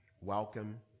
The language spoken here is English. welcome